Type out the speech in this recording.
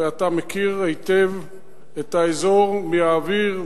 ואתה מכיר היטב את האזור מהאוויר,